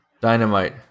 Dynamite